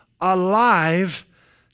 alive